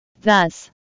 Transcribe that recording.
Thus